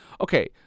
Okay